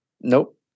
nope